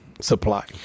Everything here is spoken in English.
supply